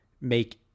make